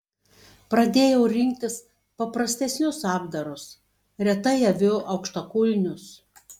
pradėjau rinktis paprastesnius apdarus retai aviu aukštakulnius